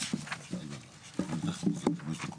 חוק המים, חוק מניעת זיהום הים ממקורות